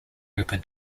open